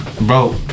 bro